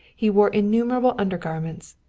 he wore innumerable undergarments,